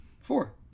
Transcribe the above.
Four